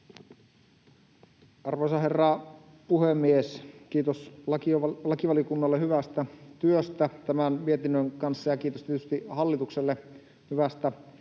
Arvoisa herra puhemies! Kiitos lakivaliokunnalle hyvästä työstä tämän mietinnön kanssa, ja kiitos tietysti hallitukselle hyvästä